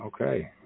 okay